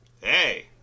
hey